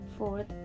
Fourth